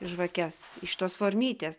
žvakes iš tos formytės